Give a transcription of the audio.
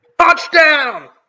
Touchdown